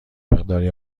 مقداری